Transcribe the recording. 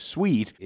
Sweet